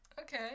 Okay